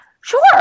Sure